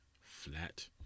flat